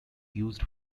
used